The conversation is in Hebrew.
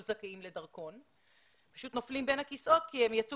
זכאים לדרכון והם פשוט נופלים בין הכיסאות כי הם יצאו